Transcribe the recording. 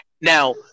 Now